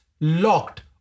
locked